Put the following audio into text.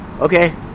Okay